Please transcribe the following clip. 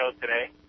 today